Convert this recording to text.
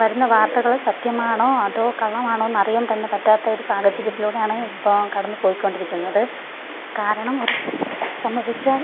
വരുന്ന വാർത്തകൾ സത്യമാണോ അതോ കള്ളമാണോ എന്നറിയാൻ തന്നെ പറ്റാത്ത ഒരു സാഹചര്യത്തിലൂടെയാണ് ഇപ്പോൾ കടന്നുപോയി കൊണ്ടിരിക്കുന്നത് കാരണം ഒരു സംഭവിച്ചാൽ